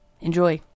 Enjoy